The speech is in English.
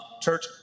Church